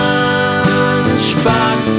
Lunchbox